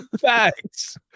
Facts